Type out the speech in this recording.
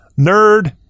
nerd